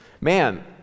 Man